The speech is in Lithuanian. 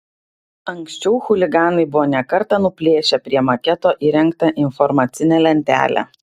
anksčiau chuliganai buvo ne kartą nuplėšę prie maketo įrengtą informacinę lentelę